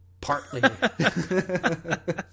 partly